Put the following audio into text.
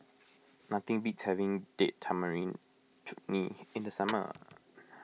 nothing beats having Date Tamarind Chutney in the summer